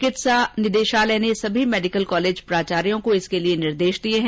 चिकित्सा निदेशालय ने सभी मेडिकल कॉलेज प्राचार्यो को इसके निर्देश दिए हैं